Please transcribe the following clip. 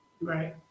right